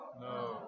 No